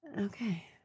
Okay